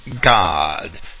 God